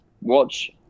watch